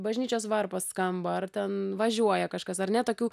bažnyčios varpas skamba ar ten važiuoja kažkas ar ne tokių